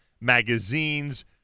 magazines